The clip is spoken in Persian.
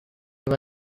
آره